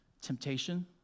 Temptation